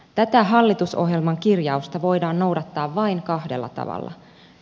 tätä hallitusohjelman kirjausta voidaan noudattaa vain kahdella tavalla